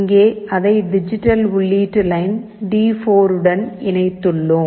இங்கே அதை டிஜிட்டல் உள்ளீட்டு லைன் டி4 உடன் இணைத்துள்ளோம்